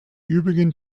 übrigen